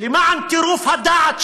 למען טירוף הדעת שלהם,